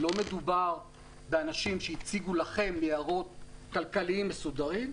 לא מדובר באנשים שהציגו לכם יערות כלכליים מסודרים,